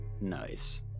Nice